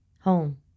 Home